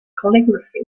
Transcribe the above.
calligraphy